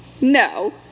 No